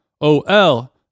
O-L